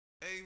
Hey